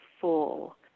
full